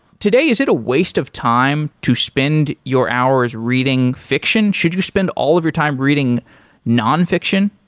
today, is it a waste of time to spend your hours reading fiction? should you spend all of your time reading nonfiction?